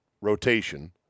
rotation